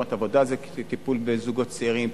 מקומות עבודה זה טיפול בזוגות צעירים,